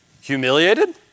humiliated